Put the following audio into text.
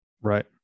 right